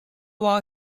war